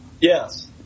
Yes